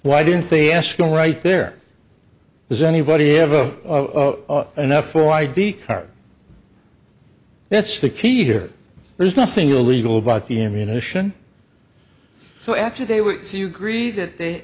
why didn't they ask all right there is anybody have a enough for id card that's the key here there's nothing illegal about the immunization so after they were so you agree that the